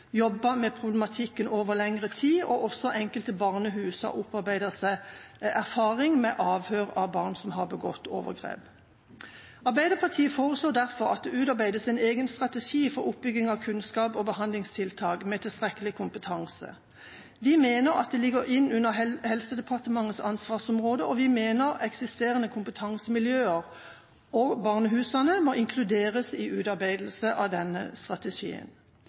jobbet med problematikken over lengre tid. Også enkelte barnehus har opparbeidet seg erfaring med avhør av barn som har begått overgrep. Arbeiderpartiet foreslår derfor at det utarbeides en egen strategi for oppbygging av kunnskap og behandlingstiltak med tilstrekkelig kompetanse. Vi mener at dette ligger under Helse- og omsorgsdepartementets ansvarsområde, og vi mener at eksisterende kompetansemiljøer og barnehusene må inkluderes i utarbeidelse av denne strategien.